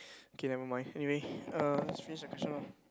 okay never mind anyway uh let's finish the question lor